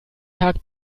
tag